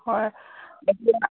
হয়